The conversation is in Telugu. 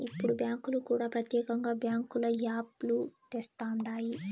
ఇప్పుడు బ్యాంకులు కూడా ప్రత్యేకంగా బ్యాంకుల యాప్ లు తెస్తండాయి